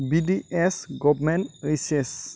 B D S government research